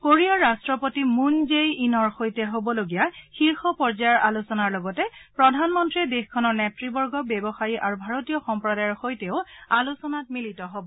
কোৰিয়াৰ ৰাট্টপতি মূন জেই ইনৰ সৈতে হ'বলগীয়া শীৰ্ষ পৰ্যায়ৰ আলোচনাৰ লগতে প্ৰধানমন্ত্ৰীয়ে দেশখনৰ নেতৃবৰ্গ ব্যৱসায়ী আৰু ভাৰতীয় সম্প্ৰদায়ৰ সৈতেও আলোচনাত মিলিত হব